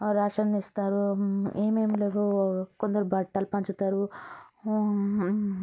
ration ఇస్తారు ఏమేమి లేవు కొందరు బట్టలు పంచుతారు